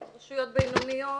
רשויות בינוניות